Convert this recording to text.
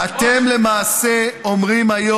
לא,